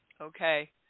okay